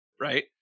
right